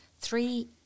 three